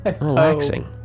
relaxing